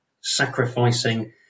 sacrificing